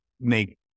make